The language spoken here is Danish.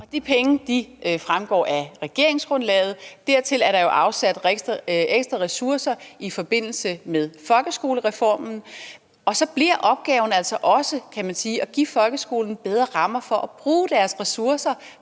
De penge fremgår af regeringsgrundlaget, dertil er der jo afsat ekstra ressourcer i forbindelse med folkeskolereformen. Og så bliver opgaven altså også, kan man sige, at give folkeskolen bedre rammer for at bruge dens ressourcer